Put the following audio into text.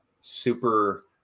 super